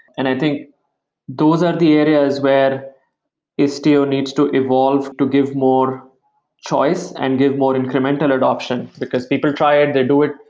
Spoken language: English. and i think those are the areas where istio needs to evolve to give more choice and give more incremental adoption, because people try it. they do it.